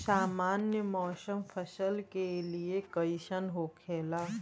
सामान्य मौसम फसल के लिए कईसन होखेला?